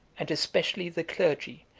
and especially the clergy,